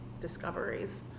discoveries